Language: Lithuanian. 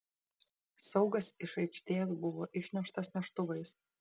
saugas iš aikštės buvo išneštas neštuvais